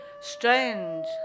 Strange